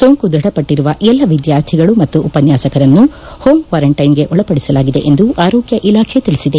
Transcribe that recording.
ಸೋಂಕು ದೃಢಪಟ್ಟರುವ ಎಲ್ಲ ವಿದ್ಯಾರ್ಥಿಗಳು ಮತ್ತು ಉಪನ್ಯಾಸಕರನ್ನು ಹೋಂಕ್ವಾರಂಟ್ಟೆನ್ಗೆ ಒಳಪಡಿಸಲಾಗಿದೆ ಎಂದು ಆರೋಗ್ಯ ಇಲಾಖೆ ತಿಳಿಸಿದೆ